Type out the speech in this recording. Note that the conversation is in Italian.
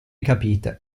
capite